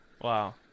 wow